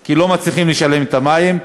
כי לא מצליחים לשלם על המים.